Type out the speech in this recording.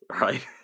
right